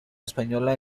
española